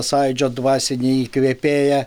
sąjūdžio dvasinį įkvėpėją